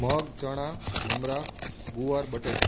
મગ ચણા મમરા ગુવાર બટેટા